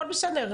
הכול בסדר.